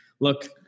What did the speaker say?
look